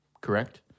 correct